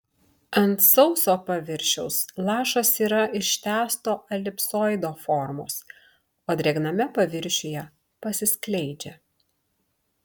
ant sauso paviršiaus lašas yra ištęsto elipsoido formos o drėgname paviršiuje pasiskleidžia